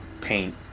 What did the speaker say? paint